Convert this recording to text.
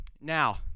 now